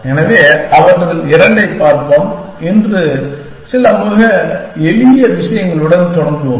எனவே அவற்றில் இரண்டைப் பார்ப்போம் இன்று சில மிக எளிய விஷயங்களுடன் தொடங்குவோம்